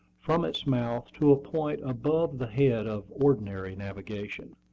from its mouth to a point above the head of ordinary navigation,